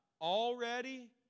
already